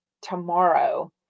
tomorrow